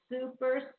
super